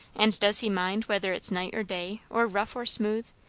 and does he mind whether it's night or day, or rough or smooth?